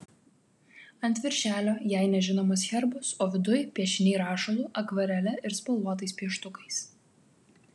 ant viršelio jai nežinomas herbas o viduj piešiniai rašalu akvarele ir spalvotais pieštukais